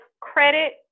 credit